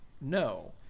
no